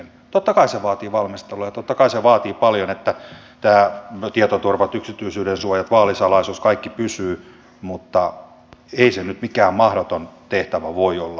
totta kai se vaatii valmistelua ja totta kai se vaatii paljon että tietoturvat yksityisyyden suojat vaalisalaisuus kaikki pysyy mutta ei se nyt mikään mahdoton tehtävä voi olla